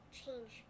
change